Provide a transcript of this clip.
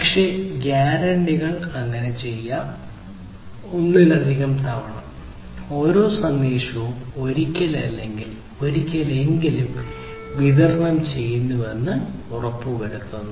പക്ഷേ ഈ ഗ്യാരണ്ടികൾ അങ്ങനെ ചെയ്യാം ഒന്നിലധികം തവണ ഓരോ സന്ദേശവും ഒരിക്കൽ അല്ലെങ്കിൽ ഒരിക്കലെങ്കിലും വിതരണം ചെയ്യുന്നുവെന്ന് ഉറപ്പുവരുത്തുന്നു